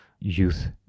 youth